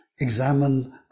examine